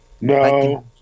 No